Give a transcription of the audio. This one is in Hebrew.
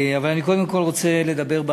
אבל אני קודם כול רוצה לדבר,